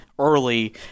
Early